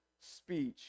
speech